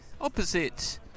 Opposite